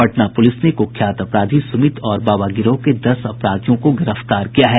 Patna police ने कुख्यात अपराधी सुमित और बाबा गिरोह के दस अपराधियों को गिरफ्तार किया है